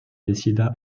décida